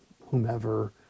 whomever